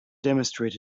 demonstrate